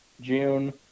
June